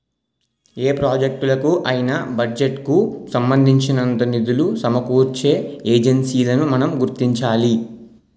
ఏ ప్రాజెక్టులకు అయినా బడ్జెట్ కు సంబంధించినంత నిధులు సమకూర్చే ఏజెన్సీలను మనం గుర్తించాలి